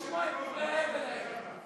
צריכים לשמוע את דברי ההבל האלה.